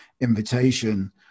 invitation